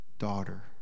daughter